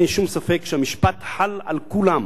אין שום ספק שהמשפט חל על כולם,